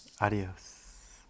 Adios